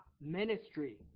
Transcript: ministry